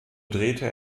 drehte